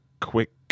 quick